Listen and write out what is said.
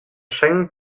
schengen